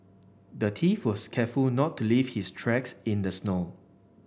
the thief was careful not to leave his tracks in the snow